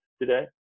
today